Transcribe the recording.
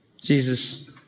Jesus